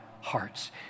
hearts